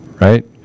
right